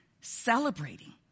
celebrating